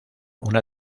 una